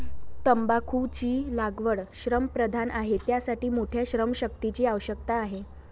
तंबाखूची लागवड श्रमप्रधान आहे, त्यासाठी मोठ्या श्रमशक्तीची आवश्यकता आहे